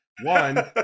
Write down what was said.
one